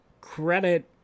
credit